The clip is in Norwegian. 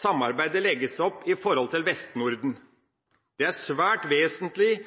samarbeid som det legges opp til med Vest-Norden. Det er svært vesentlig